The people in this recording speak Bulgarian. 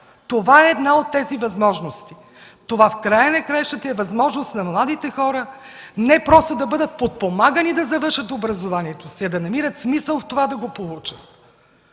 Това е една от тези възможности. Това в края на краищата е възможност младите хора не просто да бъдат подпомагани да завършат образованието си, а да намират смисъл в това да го получат.